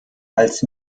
als